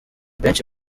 benshi